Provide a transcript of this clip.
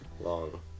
long